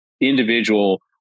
individual